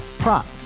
prop